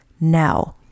now